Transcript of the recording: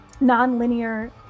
non-linear